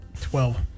Twelve